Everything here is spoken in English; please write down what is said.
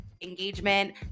Engagement